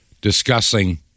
discussing